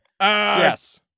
Yes